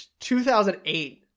2008